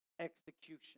execution